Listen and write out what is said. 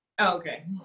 okay